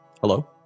Hello